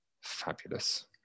fabulous